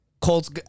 Colts